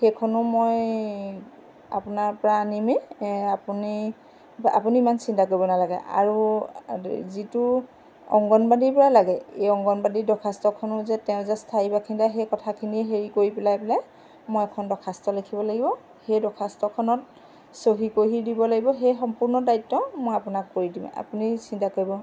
সেইখনো মই আপোনাৰ পৰা আনিমেই আপুনি বা আপুনি ইমান চিন্তা কৰিব নালাগে আৰু যিটো অংগনবাদীৰ পৰা লাগে এই অংগনবাদীৰ দৰ্খাস্তখনো তেওঁ যে স্থায়ী বাসিন্দা সেই কথাখিনি হেৰি কৰি পেলাই পেলাই মই এখন দৰ্খাস্ত লিখিব লাগিব সেই দৰ্খাস্তখনত চহী কৰি দিব লাগিব সেই সম্পূৰ্ণ তথ্য মই আপোনাক কৰি দিম আপুনি চিন্তা কৰিব